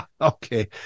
Okay